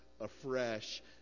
afresh